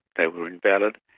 they were invalid.